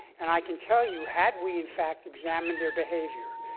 and i can tell you, had we in fact examined their behavior